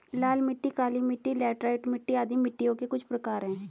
लाल मिट्टी, काली मिटटी, लैटराइट मिट्टी आदि मिट्टियों के कुछ प्रकार है